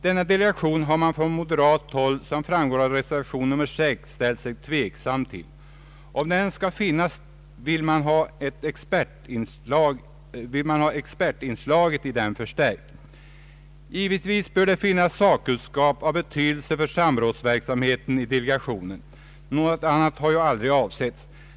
Denna delegation har man från moderat håll, som framgår av reservation 6, ställt sig tveksam till. Om den skall finnas vill man ha expertinslaget i den förstärkt. Givetvis bör det finnas sakkunskap av betydelse för samrådsverksamheten i delegationen; något annat har ju aldrig varit avsett.